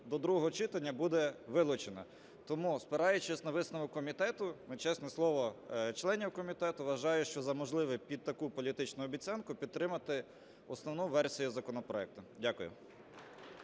до другого читання буде вилучена. Тому спираючись на висновок комітету, ми, чесне слово, членів комітету, вважаю, що за можливе під таку політичну обіцянку підтримати основну версію законопроекту. Дякую.